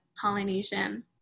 Polynesian